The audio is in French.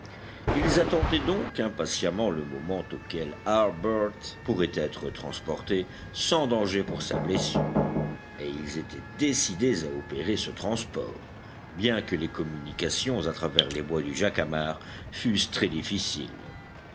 ils attendaient donc impatiemment le moment auquel harbert pourrait être transporté sans danger pour sa blessure et ils étaient décidés à opérer ce transport bien que les communications à travers les bois du jacamar fussent très difficiles